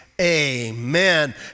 amen